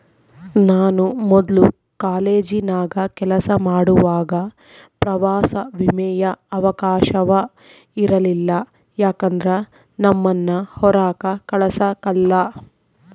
ನಾನು ಮೊದ್ಲು ಕಾಲೇಜಿನಾಗ ಕೆಲಸ ಮಾಡುವಾಗ ಪ್ರವಾಸ ವಿಮೆಯ ಅವಕಾಶವ ಇರಲಿಲ್ಲ ಯಾಕಂದ್ರ ನಮ್ಮುನ್ನ ಹೊರಾಕ ಕಳಸಕಲ್ಲ